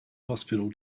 hospital